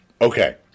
Okay